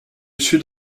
sud